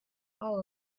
all